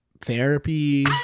therapy